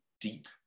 deep